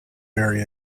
very